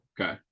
okay